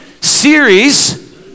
series